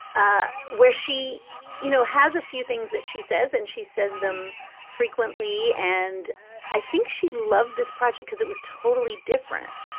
ah where she, you know, has a few things that she says and she says them frequently. and i think she loved this project because it was totally different.